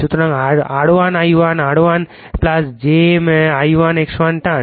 সুতরাং R1 I1 R1 j I1 X1 ট্রান